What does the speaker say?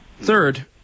Third